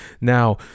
Now